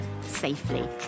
safely